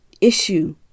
issue